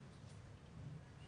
מקומית הם בפירוש מהעולם הטיפולי גם